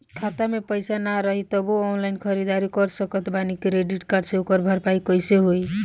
खाता में पैसा ना रही तबों ऑनलाइन ख़रीदारी कर सकत बानी क्रेडिट कार्ड से ओकर भरपाई कइसे होई?